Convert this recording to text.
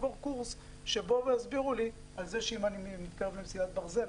אני אעבור קורס שיבואו ויסבירו לי שאם אני מתקרב למסילת ברזל,